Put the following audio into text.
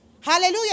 Hallelujah